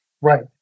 Right